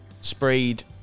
sprayed